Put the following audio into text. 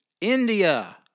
India